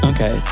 Okay